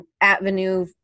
avenue